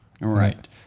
Right